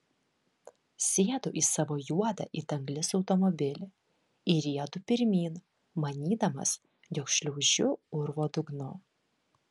sėdu į savo juodą it anglis automobilį ir riedu pirmyn manydamas jog šliaužiu urvo dugnu